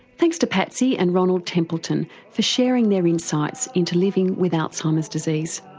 thanks to patsy and ronald templeton for sharing their insights into living with alzheimer's disease.